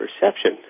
perception